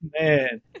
Man